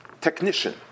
technician